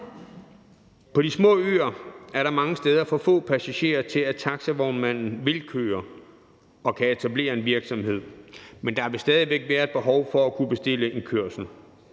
På de små øer er der mange steder for få passagerer, til at taxavognmanden vil køre og kan etablere en virksomhed, men der vil stadig væk være et behov for at kunne bestille en kørsel.